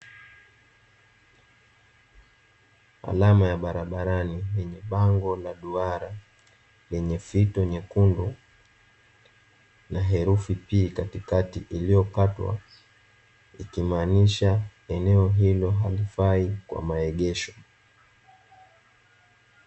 Alama ya barabarani yenye bango la duara lenye fito nyekundu, na herufi "P" katikati iliyokatwa ikimaanisha eneo hilo halifai kwa maegesho.